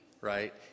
Right